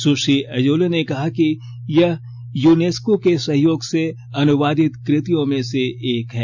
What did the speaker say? सुश्री Azoulay ने कहा कि यह यूनेस्को के सहयोग से अनुवादित कृतियों में से एक है